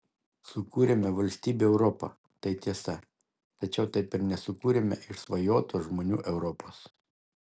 sukūrėme valstybių europą tai tiesa tačiau taip ir nesukūrėme išsvajotos žmonių europos